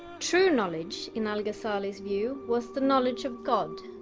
true knowledge in al-ghazali's view was the knowledge of god